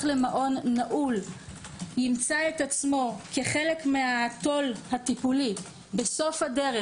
למעון נעול ימצא עצמו כחלק מהטון הטיפולי בסוף הדרך